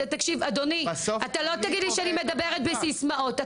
אדוני, אתה לא תגיד לי שאני מדברת בסיסמאות.